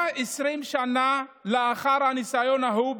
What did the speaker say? משמעותו המקורית היא שכל יהודי נושא באחריות על קיום המצוות של חברו.